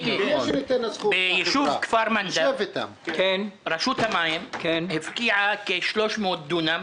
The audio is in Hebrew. בישוב כפר מנדא רשות המים הפקיעה כ-300 דונם